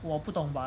我不懂 but